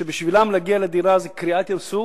שבשבילם להגיע לדירה זה קריעת ים-סוף,